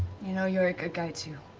you know you're a good guy too,